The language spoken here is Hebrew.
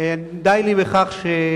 די לי בכך,